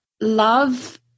love